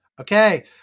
Okay